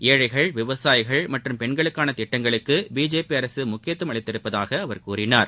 ஏழைகள் விவசாயிகள் மற்றும் பெண்களுக்கான திட்டங்களுக்கு பிஜேபி அரசு முக்கியத்துவம் அளித்துள்ளதாக அவர் கூறினார்